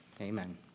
amen